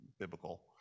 biblical